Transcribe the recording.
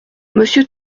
monsieur